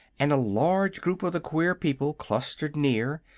and a large group of the queer people clustered near,